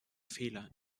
fehler